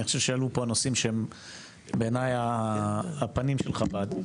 אני חושב שעלו פה נושאים שבעיניי הפנים של חב"ד.